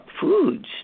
foods